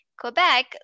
Quebec